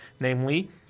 Namely